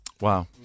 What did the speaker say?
Wow